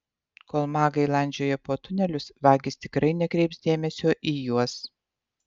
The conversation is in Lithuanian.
kol magai landžioja po tunelius vagys tikrai nekreips dėmesio į juos